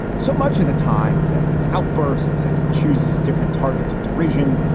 so much of the time he has these outbursts and he chooses different targets of derision.